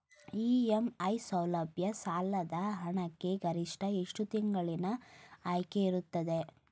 EMI ಸೌಲಭ್ಯ ಸಾಲದ ಹಣಕ್ಕೆ ಗರಿಷ್ಠ ಎಷ್ಟು ತಿಂಗಳಿನ ಆಯ್ಕೆ ಇರುತ್ತದೆ?